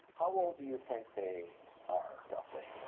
how old do you think they are roughly?